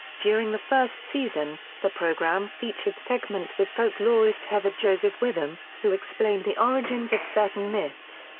during the first season, the program featured segments with folklorist heather joseph-witham, who explained the origins of certain myths,